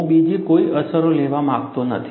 હું બીજી કોઈ અસરો લેવા માંગતો નથી